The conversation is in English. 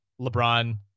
LeBron